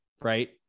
right